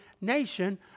nation